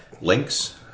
Links